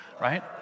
right